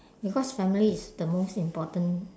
because family is the most important